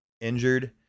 Injured